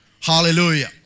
Hallelujah